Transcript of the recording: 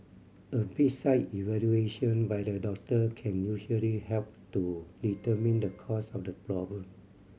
a bedside evaluation by the doctor can usually help to determine the cause of the problem